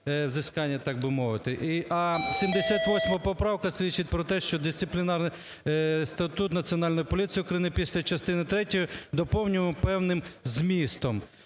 А 78 поправка свідчить про те, що дисциплінарний статус Національної поліції України після частини третьої доповнюємо певним змістом.